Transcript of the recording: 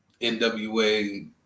NWA